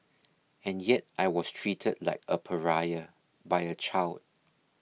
and yet I was treated like a pariah by a child